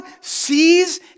sees